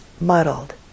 muddled